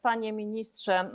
Panie Ministrze!